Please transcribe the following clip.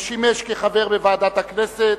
שימש כחבר בוועדת הכנסת.